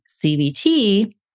CBT